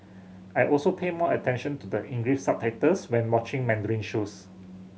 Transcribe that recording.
I also pay more attention to the English subtitles when watching Mandarin shows